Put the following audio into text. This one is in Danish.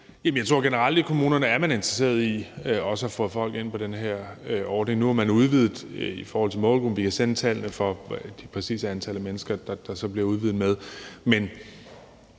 at man generelt i kommunerne er interesseret i at få folk ind på den her ordning. Nu har man udvidet den i forhold til målgruppen – vi kan sende tallene over for det præcise antal, det så bliver udvidet med.